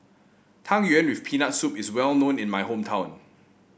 Tang Yuen with Peanut Soup is well known in my hometown